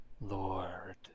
Lord